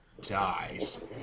dies